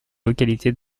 localités